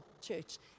church